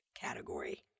category